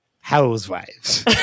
Housewives